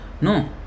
no